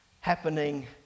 happening